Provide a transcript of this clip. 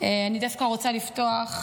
אני דווקא רוצה לפתוח,